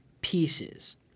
pieces